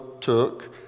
took